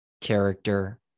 character